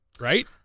right